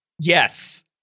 Yes